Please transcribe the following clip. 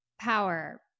Power